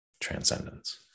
transcendence